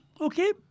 okay